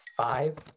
Five